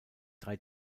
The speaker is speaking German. drei